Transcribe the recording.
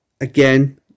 again